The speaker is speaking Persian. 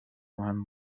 مهم